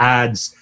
ads